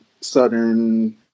southern